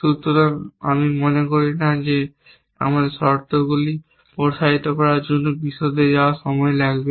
সুতরাং আমি মনে করি না যে আমাদের কাছে শর্তগুলি প্রসারিত করার জন্য বিশদে যাওয়ার সময় থাকবে